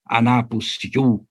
anapus jų